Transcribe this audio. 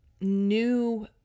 new